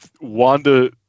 wanda